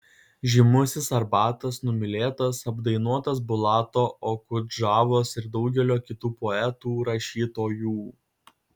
žymusis arbatas numylėtas apdainuotas bulato okudžavos ir daugelio kitų poetų rašytojų